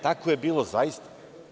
Tako je bilo zaista.